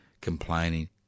complaining